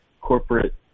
corporate